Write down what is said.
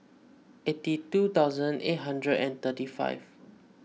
eighty two thousand eight hundred and thirty five